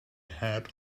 had